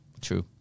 True